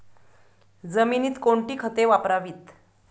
जमिनीत कोणती खते वापरावीत?